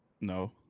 no